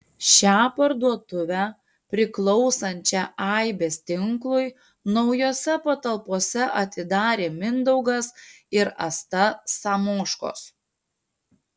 šią parduotuvę priklausančią aibės tinklui naujose patalpose atidarė mindaugas ir asta samoškos